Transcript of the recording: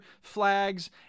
flags